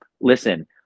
listen